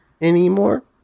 anymore